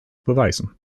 beweisen